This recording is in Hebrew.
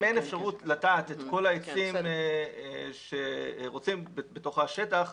אם אין אפשרות לטעת את כל העצים בתוך השטח,